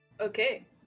Okay